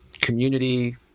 Community